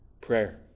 Prayer